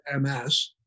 MS